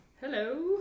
Hello